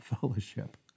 fellowship